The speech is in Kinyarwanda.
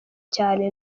cyane